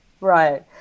Right